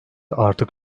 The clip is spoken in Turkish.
artık